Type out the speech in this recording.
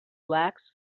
lacks